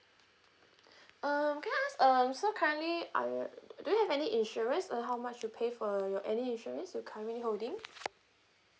um can I ask uh so currently are do you have any insurance uh how much you pay for your any insurance you currently holding